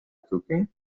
cooking